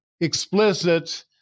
explicit